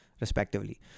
respectively